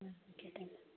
ആ okay thank U